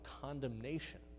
condemnation